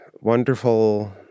wonderful